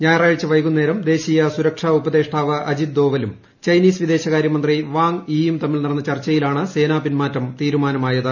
ഞായറാഴ്ച വൈകുന്നേരം ദേശീയ സുരക്ഷാ ഉപദേഷ്ടാവ് അജിത് ദൊവലും ചൈനീസ് വിദേശകാര്യ മന്ത്രി വാങ് യി യും തമ്മിൽ നടന്ന ചർച്ചയിലാണ് സേനാ പിൻമാറ്റം തീരുമാനമായത്